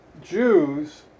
Jews